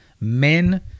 Men